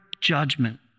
judgment